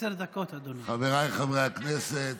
חבריי חברי הכנסת,